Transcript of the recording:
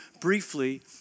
briefly